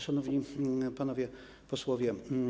Szanowni Panowie Posłowie!